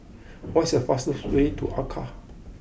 what is the fastest way to Accra